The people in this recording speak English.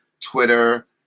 Twitter